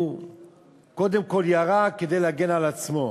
והוא קודם כול ירה כדי להגן על עצמו.